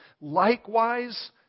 Likewise